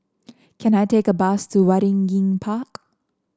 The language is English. can I take a bus to Waringin Park